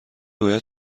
باید